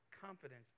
Confidence